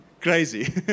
crazy